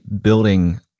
building